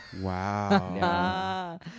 wow